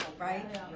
right